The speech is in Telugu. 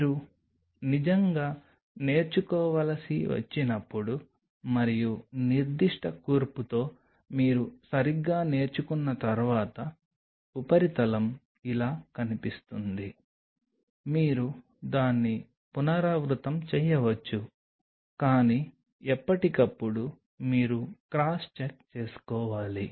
మీరు నిజంగా నేర్చుకోవలసి వచ్చినప్పుడు మరియు నిర్దిష్ట కూర్పుతో మీరు సరిగ్గా నేర్చుకున్న తర్వాత ఉపరితలం ఇలా కనిపిస్తుంది మీరు దాన్ని పునరావృతం చేయవచ్చు కానీ ఎప్పటికప్పుడు మీరు క్రాస్ చెక్ చేసుకోవాలి